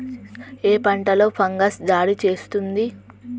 ఏ పంటలో ఫంగస్ దాడి చేస్తుంది?